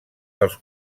dels